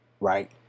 right